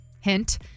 hint